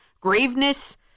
graveness